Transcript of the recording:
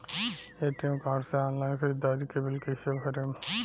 ATM card से online ख़रीदारी के बिल कईसे भरेम?